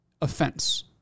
offense